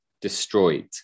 destroyed